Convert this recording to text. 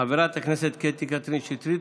חברת הכנסת קטי בן שטרית,